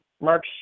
Mark